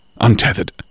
untethered